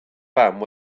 fam